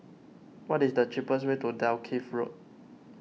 what is the cheapest way to Dalkeith Road